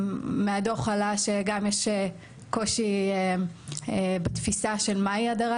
מהדוח עלה שגם יש קושי בתפיסה של מה היא הדרת